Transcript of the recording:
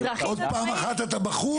עוד פעם אחת אתה בחוץ.